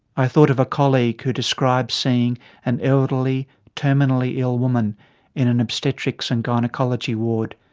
i thought of a colleague who described seeing an elderly terminally ill woman in an obstetrics and gynaecology ward.